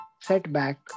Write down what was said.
setback